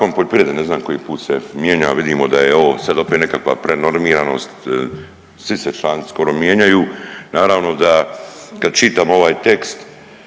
poljoprivrede ne znam koji put se mijenja, a vidimo da je ovo sad opet nekakva prenormiranost, svi se članci skoro mijenjaju. Naravno da kad čitam ovaj tekst